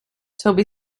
toby